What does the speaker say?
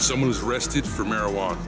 someone is arrested for marijuana